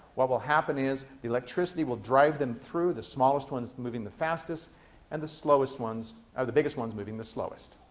what will happen is, the electricity will drive them through, with the smallest ones moving the fastest and the slowest ones, or the biggest ones moving the slowest.